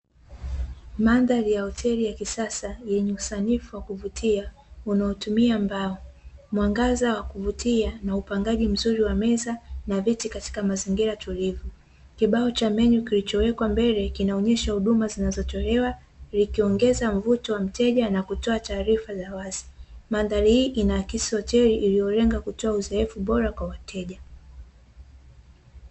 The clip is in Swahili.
Mandari ya hoteli ya kisasa yenye kusanyiko wa kuvutia unaotumia mbao, mwangaza wa kuvutia na upangaji mzuri wa meza na viti katika mazingira tulivu. Kibao cha menyu kilichowekwa mbele kinaonyesha huduma zinazotolewa, ikiongeza mvuto wa mteja na kutoa taarifa za wazi. Mandhari hii ina akisi hoteli iliyolenga kutoa uzoefu bora kwa wateja.